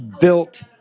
built